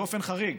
באופן חריג,